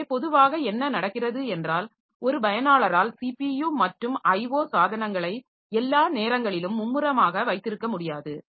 எனவே பொதுவாக என்ன நடக்கிறது என்றால் ஒரு பயனாளரால் ஸிபியு மற்றும் IO சாதனங்களை எல்லா நேரங்களிலும் மும்முரமாக வைத்திருக்க முடியாது